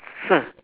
sir